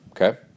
okay